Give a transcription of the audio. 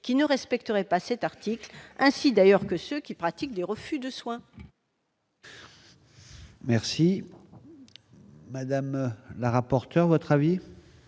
qui ne respecteraient pas cet article, ainsi d'ailleurs que ceux qui pratiquent des refus de soins. Merci madame la rapporteure votre avis.